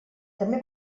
també